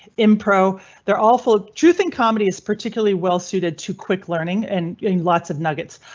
impro their awful ah truth in comedy is particularly well suited to quick learning and lots of nuggets.